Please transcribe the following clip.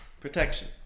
protection